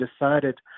decided